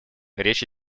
речь